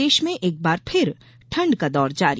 प्रदेश में एक बार फिर ठण्ड का दौर जारी